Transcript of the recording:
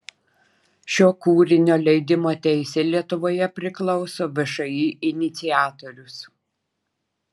šio kūrinio leidimo teisė lietuvoje priklauso všį iniciatorius